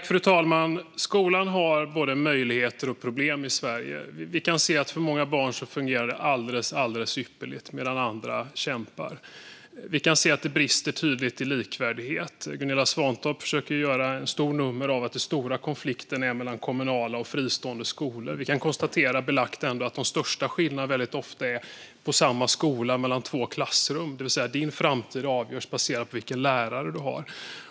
Fru talman! Skolan i Sverige har både möjligheter och problem. Vi kan se att det för många barn fungerar alldeles ypperligt medan andra kämpar. Vi kan tydligt se att det brister i likvärdighet. Gunilla Svantorp försöker göra ett stort nummer av att den stora konflikten finns mellan kommunala och fristående skolor. Vi kan konstatera att det ändå är belagt att de största skillnaderna väldigt ofta finns på samma skola, mellan två klassrum. Din framtid avgörs alltså av vilken lärare du har.